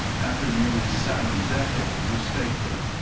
after nearly seven decades of statehood.